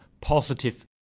positive